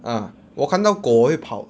ah 我看到狗我会跑